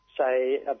say